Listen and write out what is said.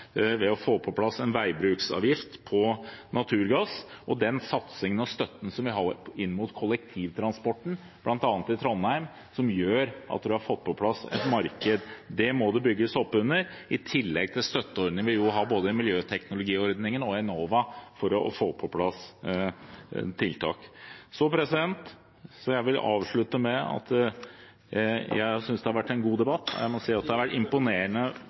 ved å få på plass en veibruksavgift på naturgass. Og den satsingen og støtten som vi har rettet inn mot kollektivtransporten, bl.a. i Trondheim, gjør at man har fått på plass et marked, som det må bygges opp under for å få på plass tiltak, i tillegg til støtteordningene vi jo har, både miljøteknologiordningen og Enova. Jeg vil avslutte med å si at jeg synes det har vært en god debatt. Det er imponerende hvordan komiteen har jobbet med meldingen. Det